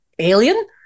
Alien